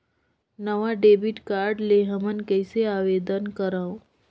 नवा debit card ले हमन कइसे आवेदन करंव?